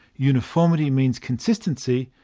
uniformity means consistency,